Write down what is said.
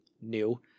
new